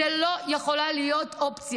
זו לא יכולה להיות אופציה.